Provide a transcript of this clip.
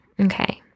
Okay